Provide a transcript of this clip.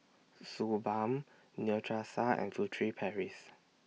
Suu Balm Neostrata and Furtere Paris